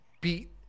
beat